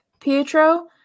Pietro